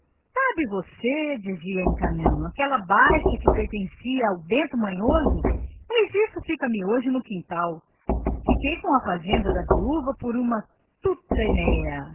sabe você ia dizendo o homenzinho toda aquela baixa que pertencia ao bento moscoso pois isso fica me hoje no quintal arrecadei a fazenda da viúva por uma tuta